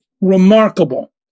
remarkable